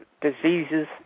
diseases